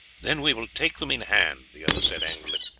then we will take them in hand, the other said angrily.